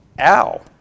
ow